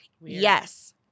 Yes